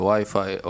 Wi-Fi